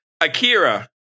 Akira